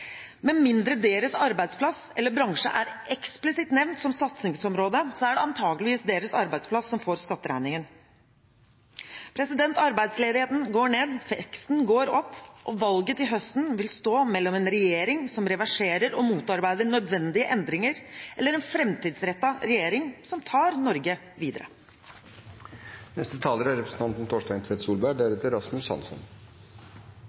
Med mindre deres arbeidsplass eller bransje er eksplisitt nevnt som satsingsområde, er det antakeligvis deres arbeidsplass som får skatteregningen. Arbeidsledigheten går ned, veksten går opp, og valget til høsten vil stå mellom en regjering som reverserer og motarbeider nødvendige endringer, og en framtidsrettet regjering som tar Norge videre.